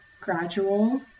gradual